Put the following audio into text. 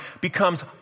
becomes